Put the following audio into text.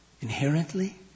inherently